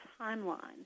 timeline